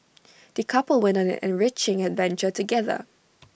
the couple went on an enriching adventure together